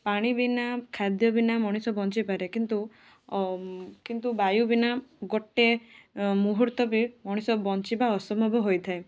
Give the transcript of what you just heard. ପାଣି ବିନା ଖାଦ୍ୟ ବିନା ମଣିଷ ବଞ୍ଚିପାରେ କିନ୍ତୁ କିନ୍ତୁ ବାୟୁ ବିନା ଗୋଟେ ମୁହୂର୍ତ୍ତ ବି ମଣିଷ ବଞ୍ଚିବା ଅସମ୍ଭବ ହୋଇଥାଏ